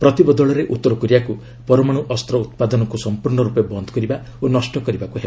ପ୍ରତିବଦଳରେ ଉତ୍ତରକୋରିଆକୁ ପରମାଣୁ ଅସ୍ତ୍ର ଉତ୍ପାଦନକୁ ସଂପୂର୍ଣ୍ଣ ରୂପେ ବନ୍ଦ୍ କରିବା ଓ ନଷ୍ଟ କରିବାକୁ ହେବ